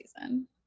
season